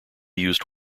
used